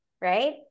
right